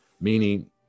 meaning